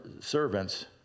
servants